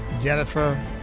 Jennifer